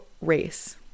race